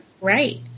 Right